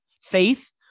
faith